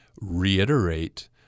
reiterate